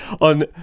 on